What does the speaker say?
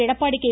Edappadi K